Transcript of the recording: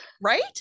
Right